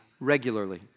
regularly